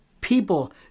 people